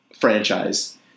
franchise